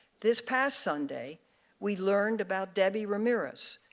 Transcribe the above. this past sunday we learned about debbie ramirez,